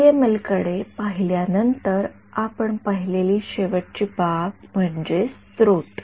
PML कडे पाहिल्या नंतर आपण पाहिलेली शेवटची बाब म्हणजे स्रोत